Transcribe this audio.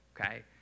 okay